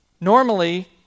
Normally